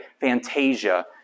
Fantasia